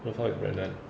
who the fuck is brandon